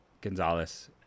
Gonzalez